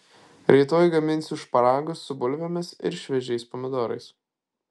rytoj gaminsiu šparagus su bulvėmis ir šviežiais pomidorais